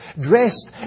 Dressed